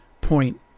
Point